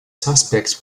suspects